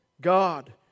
God